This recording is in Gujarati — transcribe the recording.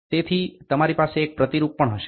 તેથી તમારી પાસે એક પ્રતિરૂપ પણ હશે